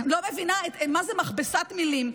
אני לא מבינה מה זה מכבסת מילים.